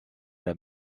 der